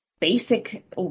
basic